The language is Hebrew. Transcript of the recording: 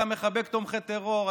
אתה מחבק תומכי טרור.